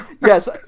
Yes